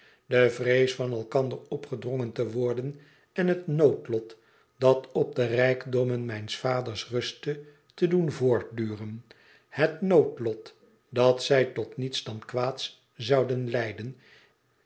de vrees van elkander opgedrongen te worden en het noodlot dat op de rijkdommen mijns vaders russte te doen voortduren het noodlot dat zij tot niets dan kwaads zouden leiden